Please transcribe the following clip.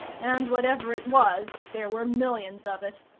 and whatever it was, there were millions of it.